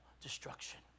destruction